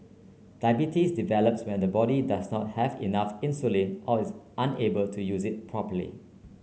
diabetes develops when the body does not have enough insulin or is unable to use it properly